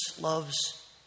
loves